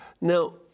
Now